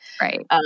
Right